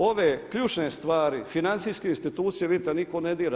Ove ključne stvari financijske institucije vidite nitko ne dira.